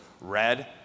red